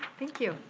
thank you.